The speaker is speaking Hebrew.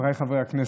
חבריי חברי הכנסת,